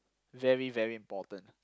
very very important